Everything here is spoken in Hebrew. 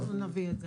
אנחנו נביא את זה.